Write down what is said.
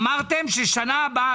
אמרתם ששנה הבאה.